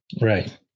right